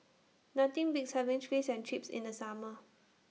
Nothing Beats having Fish and Chips in The Summer